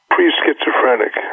Pre-schizophrenic